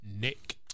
Nick